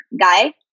guy